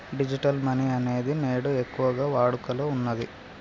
digital money అనేది నేడు ఎక్కువగా వాడుకలో ఉన్నది